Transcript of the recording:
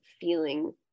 feeling